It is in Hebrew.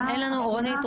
רונית,